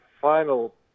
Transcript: final